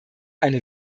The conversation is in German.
eine